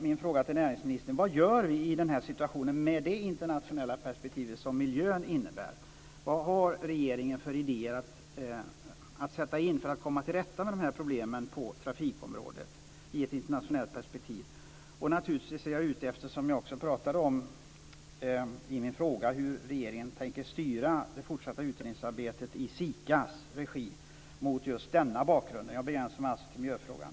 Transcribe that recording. Min fråga till näringsministern är: Vad gör vi i den här situationen med det internationella perspektivet som hotet mot miljön innebär? Vad har regeringen för idéer att sätta in för att komma till rätta med dessa problem på trafikområdet i ett internationellt perspektiv? Jag talar i min fråga om hur regeringen tänker styra det fortsatta utredningsarbetet i SIKA:s regi mot denna bakgrund. Jag begränsar mig alltså till miljöfrågan.